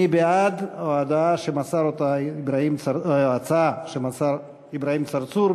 מי בעד ההצעה שמסר אברהים צרצור?